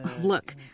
Look